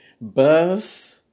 bus